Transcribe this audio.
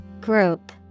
Group